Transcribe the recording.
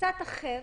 קצת אחר,